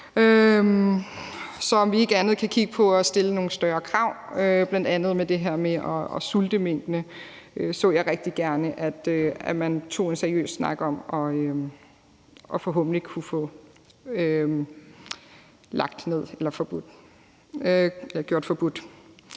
så vi om ikke andet kan kigge på at stille nogle større krav, bl.a. i forhold til det her med at sulte minkene; det så jeg rigtig gerne at man tog en seriøs snak om og forhåbentlig kunne få gjort forbudt.